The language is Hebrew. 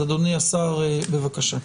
אדוני השר, בבקשה.